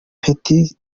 petr